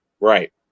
Right